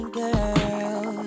girl